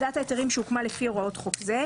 האם אתה תטפל בכאב המדמם הזה?